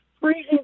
freezing